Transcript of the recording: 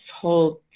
hold